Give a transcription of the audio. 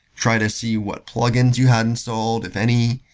try to see what plugins you had installed, if any.